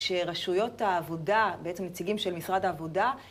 שרשויות העבודה, בעצם נציגים של משרד העבודה